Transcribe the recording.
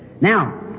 Now